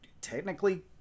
technically